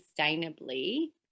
sustainably